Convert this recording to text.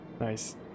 Nice